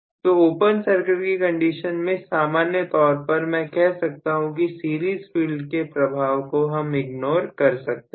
तो open circuit की condition में सामान्य तौर पर मैं कह सकता हूं कि सीरीज फील्ड के प्रभाव को हम इग्नोर कर सकते हैं